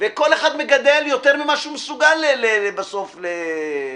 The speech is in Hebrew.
וכל אחד מגדל יותר ממה שהוא מסוגל בסוף לשווק.